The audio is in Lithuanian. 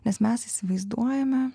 nes mes įsivaizduojame